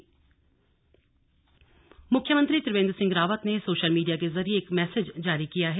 slug CM संदेश मुख्यमंत्री त्रिवेंद्र सिंह रावत ने सोशल मीडिया के जरिए एक मैसेज जारी किया है